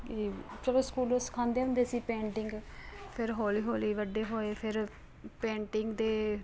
ਅਤੇ ਜਦੋਂ ਸਕੂਲੋਂ ਸਿਖਾਂਉਦੇ ਹੁੰਦੇ ਸੀ ਪੇਂਟਿੰਗ ਫਿਰ ਹੌਲੀ ਹੌਲੀ ਵੱਡੇ ਹੋਏ ਫਿਰ ਪੇਂਟਿੰਗ ਦੇ